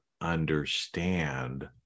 understand